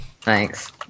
Thanks